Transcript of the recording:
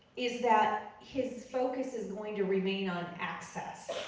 is that his focus is going to remain on access